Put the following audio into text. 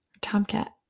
Tomcat